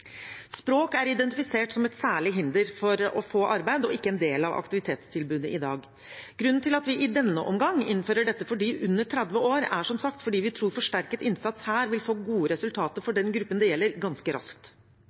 Språk er identifisert som et særlig hinder for å få arbeid og er ikke en del av aktivitetstilbudet i dag. Grunnen til at vi i denne omgang innfører dette for dem under 30 år, er som sagt at vi tror forsterket innsats her ganske raskt vil føre til gode resultater for